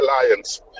alliance